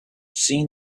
seen